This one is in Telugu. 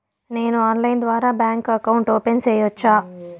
నేను ఆన్లైన్ ద్వారా బ్యాంకు అకౌంట్ ఓపెన్ సేయొచ్చా?